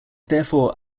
therefore